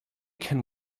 can